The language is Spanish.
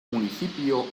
municipio